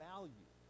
value